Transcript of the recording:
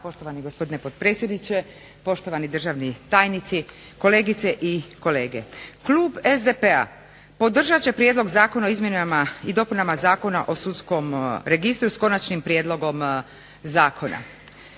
poštovani gospodine potpredsjedniče. Poštovani državni tajnici, kolegice i kolege. Klub SDP-a podržat će Prijedlog zakona o izmjenama i dopunama Zakona o sudskom registru, s konačnim prijedlogom zakona.